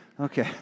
Okay